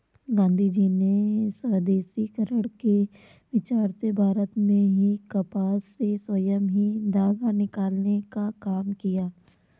गाँधीजी ने स्वदेशीकरण के विचार से भारत में ही कपास से स्वयं ही धागा निकालने का काम किया